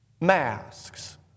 masks